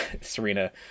Serena